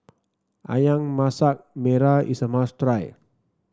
ayam Masak Merah is a must try